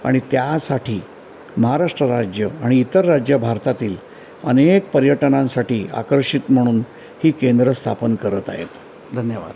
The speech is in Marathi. आणि त्यासाठी महाराष्ट्र राज्य आणि इतर राज्य भारतातील अनेक पर्यटनांसाठी आकर्षित म्हणून ही केंद्र स्थापन करत आहेत धन्यवाद